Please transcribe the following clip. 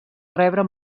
rebre